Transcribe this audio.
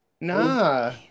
nah